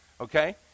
Okay